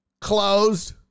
closed